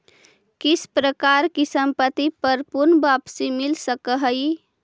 किस प्रकार की संपत्ति पर पूर्ण वापसी मिल सकअ हई